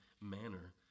manner